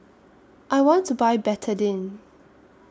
I want to Buy Betadine